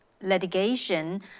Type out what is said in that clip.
litigation